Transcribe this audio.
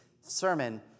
sermon